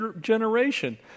generation